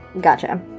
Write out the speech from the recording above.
Gotcha